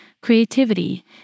creativity